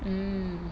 mm